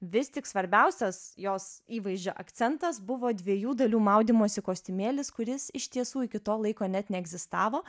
vis tik svarbiausias jos įvaizdžio akcentas buvo dviejų dalių maudymosi kostiumėlis kuris iš tiesų iki to laiko net neegzistavo